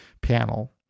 panel